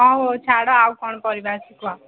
ହଉ ହଉ ଛାଡ଼ ଆଉ କ'ଣ ପରିବା ଅଛି କୁହ